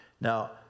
Now